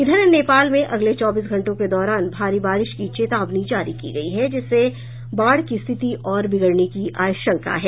इधर नेपाल में अगले चौबीस घंटों के दौरान भारी बारिश की चेतावनी जारी की गयी है जिससे बाढ़ की स्थिति और बिगड़ने की आशंका है